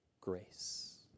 grace